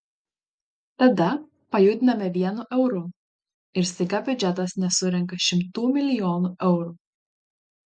tada pajudiname vienu euru ir staiga biudžetas nesurenka šimtų milijonų eurų